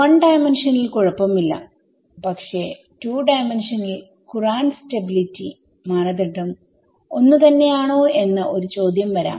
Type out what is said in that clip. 1D കുഴപ്പമില്ല പക്ഷെ 2D യിൽ കുറാന്റ് സ്റ്റബിലിറ്റിമാനദണ്ഡം ഒന്ന് തന്നെയാണോ എന്ന ഒരു ചോദ്യം വരാം